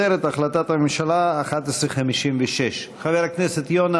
את החלטת הממשלה 1156. חבר הכנסת יונה,